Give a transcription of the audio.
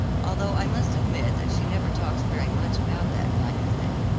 although i must admit that she never talks very much about that kind of thing.